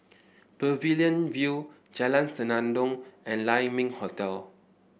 Pavilion View Jalan Senandong and Lai Ming Hotel